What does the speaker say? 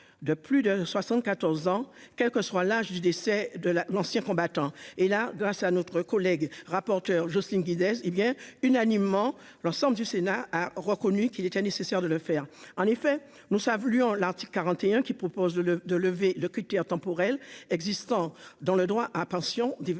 de plus de 74 ans, quelle que soit l'âge du décès de la l'ancien combattant et la grâce à notre collègue rapporteur Jocelyne Guidez, hé bien unanimement l'ensemble du Sénat a reconnu qu'il était nécessaire de le faire en effet nous ça a voulu en l'article 41 qui propose de le de lever le critère temporel existant dans le droit à pension des